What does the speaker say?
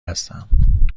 هستم